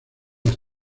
las